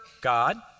God